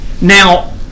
Now